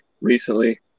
recently